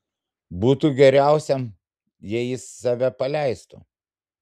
būtų geriausiam jei jis save paleistų